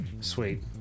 Sweet